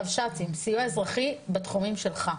רבש"צים, סיוע אזרחי בתחומים שלך.